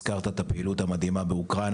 הזכרת את הפעילות המדהימה באוקראינה,